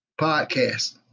podcast